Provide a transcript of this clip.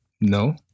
No